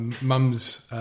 mum's